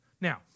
Now